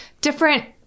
different